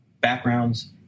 backgrounds